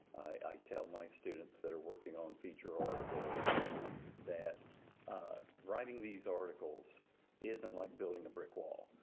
i tell my students that are working on feature articles that writing these articles isn't like building a brick wall.